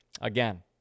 again